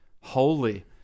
holy